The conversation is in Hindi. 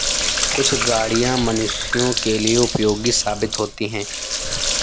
कुछ गाड़ियां मनुष्यों के लिए उपयोगी साबित होती हैं